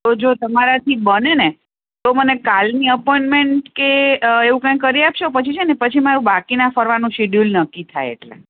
તો જો તમારાથી બને ને તો મને કાલની અપોઇનમેન્ટ કે એવું કાંઈ કરી આપશો પછી છે ને પછી મારું બાકીનાં ફરવાનું સિડયુલ નક્કી થાય એટલે